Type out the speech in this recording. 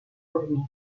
dormir